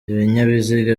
ibinyabiziga